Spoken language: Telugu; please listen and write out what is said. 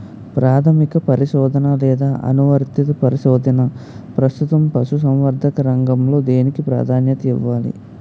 ప్రాథమిక పరిశోధన లేదా అనువర్తిత పరిశోధన? ప్రస్తుతం పశుసంవర్ధక రంగంలో దేనికి ప్రాధాన్యత ఇవ్వాలి?